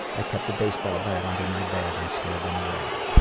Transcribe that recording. i kept a baseball bat under my bed and scared them away.